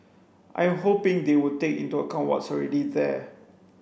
I'm hoping they would take into account what's already there